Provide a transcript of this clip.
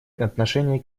отношении